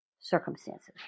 circumstances